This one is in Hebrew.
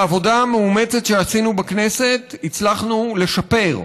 בעבודה המאומצת שעשינו בכנסת הצלחנו לשפר,